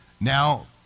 Now